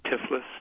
Tiflis